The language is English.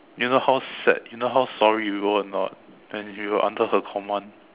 you know how sad you know how sorry we were or not when we were under her command